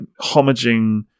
homaging